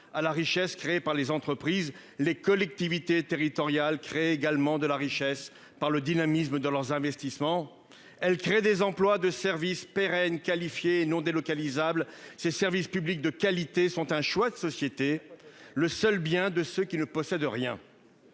à la richesse créée par les entreprises. Les collectivités territoriales créent également de la richesse par le dynamisme de leurs investissements. Elles créent des emplois de services pérennes, qualifiés et non délocalisables. Ces services publics de qualité sont un choix de société- le seul bien de ceux qui ne possèdent rien.